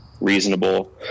reasonable